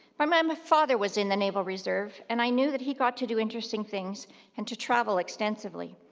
my my um father was in the naval reserve and i knew that he got to do interesting things and to travel extensively.